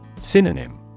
Synonym